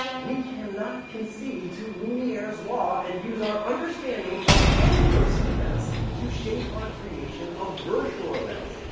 we cannot concede to lumiere's law and use our understanding of in-person events to shape our creation of virtual events.